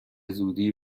زودی